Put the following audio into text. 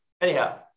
anyhow